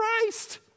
Christ